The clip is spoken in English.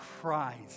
Christ